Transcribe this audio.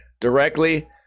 directly